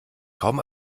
kaum